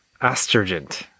Astringent